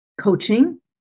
coaching